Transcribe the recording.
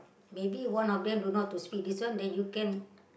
maybe one of them don't know how to speak this one then you can